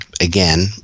again